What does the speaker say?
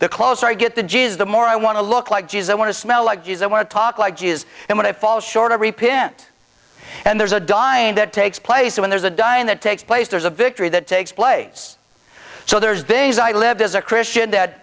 the closer i get the g s the more i want to look like geez i want to smell like geez i want to talk like he is and when i fall short of repent and there's a dying that takes place when there's a dying that takes place there's a victory that takes place so there's days i live as a christian that